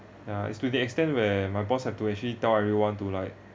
ya it's to the extent where my boss have to actually tell everyone to like